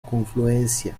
confluencia